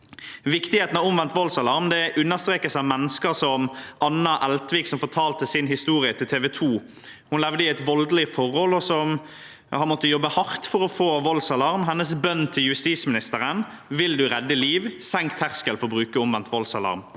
Viktigheten av omvendt voldsalarm understrekes av mennesker som Anna Eltvik, som fortalte sin historie til TV 2. Hun levde i et voldelig forhold og har måttet jobbe hardt for å få voldsalarm. Hennes bønn til justisministeren er: Vil du redde liv, så senk terskelen for å bruke omvendt voldsalarm.